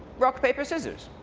rock paper scissors.